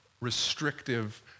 restrictive